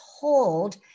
told